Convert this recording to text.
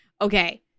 okay